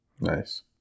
Nice